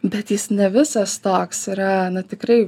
bet jis ne visas toks yra tikrai